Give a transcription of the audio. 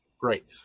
Great